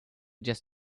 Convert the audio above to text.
just